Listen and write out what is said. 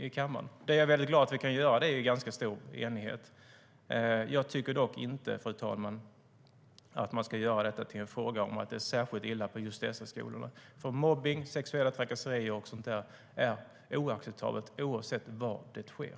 Jag är glad att vi kan göra det i ganska stor enighet. Jag tycker dock inte, fru talman, att man ska göra detta till en fråga om att det är särskilt illa på just dessa skolor. Mobbning och sexuella trakasserier är oacceptabla oavsett var de sker.